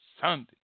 Sunday